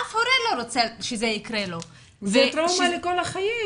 אף הורה לא רוצה שזה יקרה לו --- זו טראומה לכל החיים.